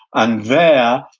and there,